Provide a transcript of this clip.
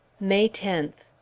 may tenth.